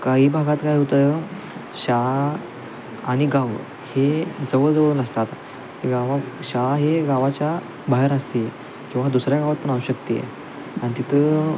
काही भागात काय होतं शाळा आणि गावं हे जवळ जवळ नसतात गावात शाळा हे गावाच्या बाहेर असते किंवा दुसऱ्या गावात पण असू शकते आणि तिथं